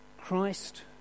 Christ